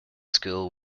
school